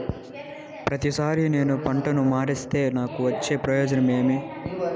ప్రతిసారి నేను పంటను మారిస్తే నాకు వచ్చే ప్రయోజనం ఏమి?